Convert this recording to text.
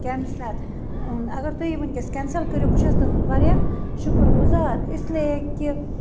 cancel اگر تُہۍ یہِ ونکٮ۪س کینسَل کٔرِو بہٕ چھَس تُہٕنٛز شُکُر گُزار اِسلیے کہِ